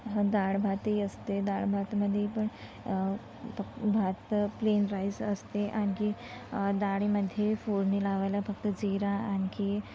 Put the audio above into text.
डाळ भातही असते डाळ भातमध्ये पण भात प्लेन राईस असते आणखी डाळीमध्ये फोडणी लावायला फक्त जीरा आणखी